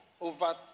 Over